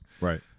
Right